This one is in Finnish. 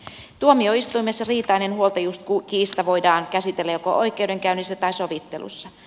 tuomioistuimessa riitainen huoltajuuskiista voidaan käsitellä joko oikeudenkäynnissä tai sovittelussa